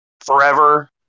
forever